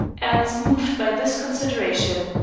and moved by this consideration,